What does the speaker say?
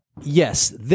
yes